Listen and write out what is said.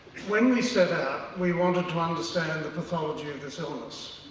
when we set out we wanted to understand the pathology of this illness,